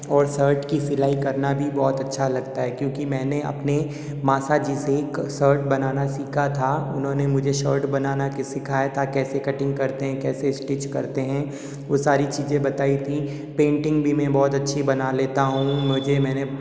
और शर्ट की सिलाई करना भी बहुत अच्छा लगता है क्योंकि मैंने अपने मासा जी से शर्ट बनाना सीखा था उन्होंने मुझे शर्ट बनाना के सिखाया था कैसे कटिंग करते हैं कैसे स्टिच करते हैं वो सारी चीज़ें बताई थीं पेंटिंग भी मैं बहुत अच्छी बना लेता हूँ मुझे मैंने